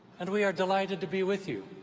and we are delighted to be with you.